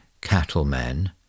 cattlemen